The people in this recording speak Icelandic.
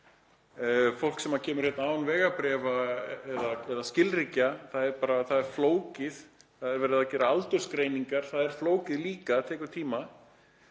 fólk sem kemur hér án vegabréfa eða skilríkja og það er flókið, það er verið að gera aldursgreiningar og það er líka flókið og tekur tíma,